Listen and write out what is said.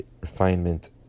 refinement